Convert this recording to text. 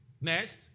Next